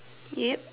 ya